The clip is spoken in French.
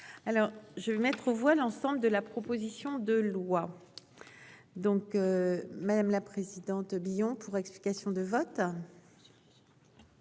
alors. Je vais mettre aux voix l'ensemble de la proposition de loi. Donc. Madame la présidente, Lyon pour explication de vote.